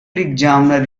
examiner